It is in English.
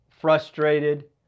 frustrated